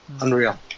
Unreal